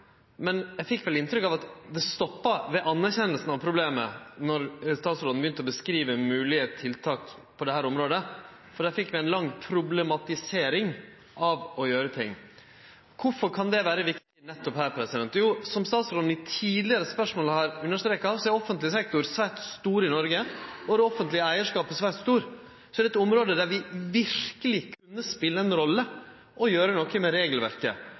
Men eg fekk inntrykk av at det stoppa ved anerkjenninga av problemet når statsråden begynte å beskrive moglege tiltak på dette området. Der fekk vi ei lang problematisering av å gjere noko. Kvifor kan det vere viktig nettopp her? Som statsråden i tidlegare spørsmål har understreka, er offentleg sektor svært stor i Noreg, og det offentlege eigarskapet er svært stort. Det er eit område der vi verkeleg kunne spele ei rolle og gjere noko med regelverket